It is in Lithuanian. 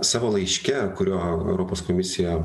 savo laiške kuriuo europos komisija